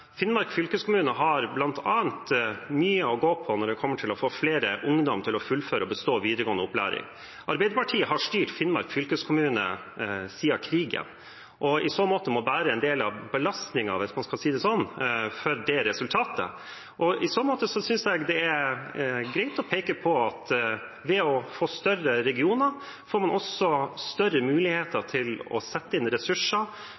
Finnmark fylkeskommune har mye å gå på når det kommer til å få flere ungdommer til å fullføre og bestå videregående opplæring. Arbeiderpartiet har styrt Finnmark fylkeskommune siden krigen og må derfor bære en del av belastningen, hvis man skal si det slik, for det resultatet. I så måte synes jeg det er greit å peke på at ved å få større regioner får man også større muligheter til å sette inn ressurser,